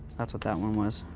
that's what that one was.